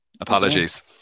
Apologies